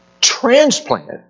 Transplant